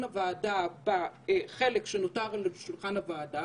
הוועדה בחלק שנותר על שולחן הוועדה,